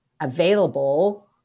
available